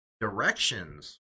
directions